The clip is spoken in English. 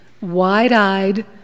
wide-eyed